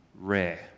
rare